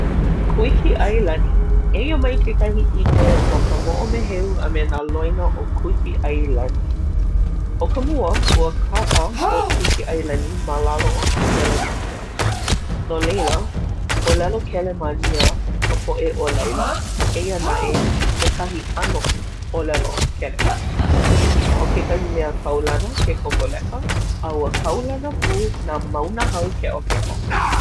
Kuikiʻailani. Eia mai kekahi ʻike no ka moʻomeheu a me nā loina o Kuikiʻailani. ʻO ka mua, ua kaʻa ʻo Kuikiʻailani ma lalo o nā Kelemānia. No leila, ʻōlelo Kelemānia ka poʻe o laila, eia naʻe, kekahi ʻano ʻōlelo Kelemānia. ʻO kekahi mea kaulana ke kokoleka, a ua kaulana pū nā mauna hau keʻokeʻo.